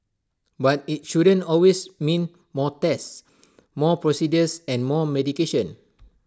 but IT shouldn't always mean more tests more procedures and more medication